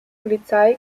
polizei